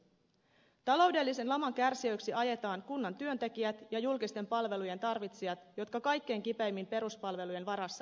talou dellisen laman kärsijöiksi ajetaan kunnan työntekijät ja julkisten palvelujen tarvitsijat jotka kaikkein kipeimmin peruspalvelujen varassa elävät